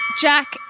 Jack